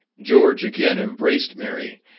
george again embraced mary,